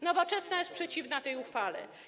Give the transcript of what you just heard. Nowoczesna jest przeciwna tej ustawie.